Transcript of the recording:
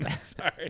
Sorry